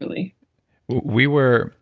really we were